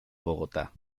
bogotá